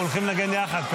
התשפ"ה 2025,